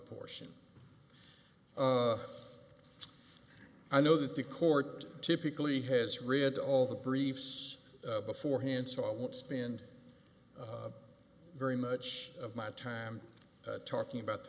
portion i know that the court typically has read all the briefs beforehand so i won't spend very much of my time talking about the